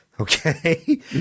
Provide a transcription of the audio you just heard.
okay